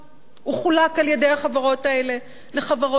הוא חולק על-ידי החברות האלה לחברות בנות,